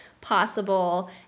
possible